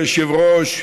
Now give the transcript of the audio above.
אדוני היושב-ראש,